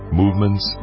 movements